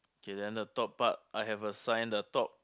K then the top part I have a sign the top